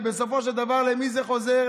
בסופו של דבר, למי זה חוזר?